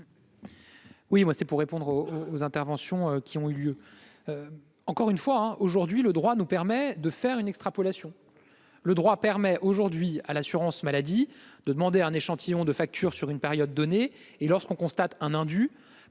moi c'est pour répondre aux aux interventions qui ont eu lieu, encore une fois aujourd'hui le droit nous permet de faire une extrapolation le droit permet aujourd'hui à l'assurance maladie de demander à un échantillon de facture sur une période donnée, et lorsqu'on constate un un du,